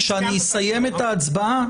כשאני אסיים את ההצבעה,